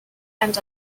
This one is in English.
and